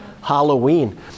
Halloween